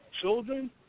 children